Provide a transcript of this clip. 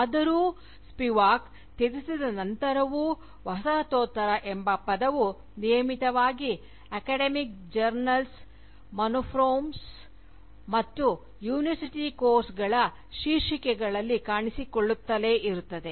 ಆದರೂ ಸ್ಪಿವಾಕ್ ತ್ಯಜಿಸಿದ ನಂತರವೂ ವಸಾಹತೋತ್ತರ ಎಂಬ ಪದವು ನಿಯಮಿತವಾಗಿ academic journals monographs Journal's Monographs ಮತ್ತು ಯೂನಿವರ್ಸಿಟಿ ಕೋರ್ಸ್ಗಳ ಶೀರ್ಷಿಕೆಗಳಲ್ಲಿ ಕಾಣಿಸಿಕೊಳ್ಳುತ್ತಲೇ ಇರುತ್ತದೆ